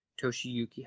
Toshiyuki